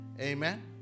Amen